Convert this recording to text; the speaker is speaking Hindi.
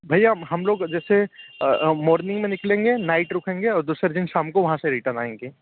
भइया हम लोग जैसे मॉर्निग में निकललेंगे नाइट रुकेंगे और दूसरे दिन शाम को वहॉँ से रिटर्न आयेंगे